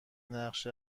نقش